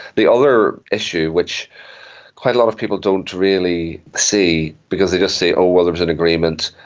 the other issue, which quite a lot of people don't really see because they just say, oh, well, there was an agreement,